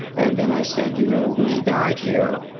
and then i said, you know, when he died here,